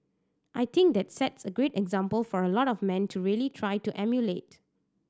I think that sets a great example for a lot of men to really try to emulate